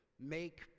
make